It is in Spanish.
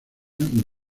del